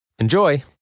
Enjoy